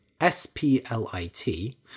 S-P-L-I-T